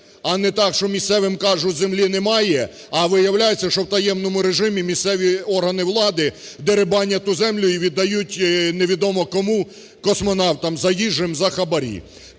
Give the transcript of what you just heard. а не так, що місцевим кажуть, землі немає, а виявляється, що в таємному режимі місцеві органи влади дерибанять ту землю і віддають невідомо кому, "космонавтам" заїжджим за хабарі.